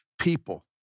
people